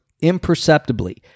imperceptibly